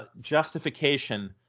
justification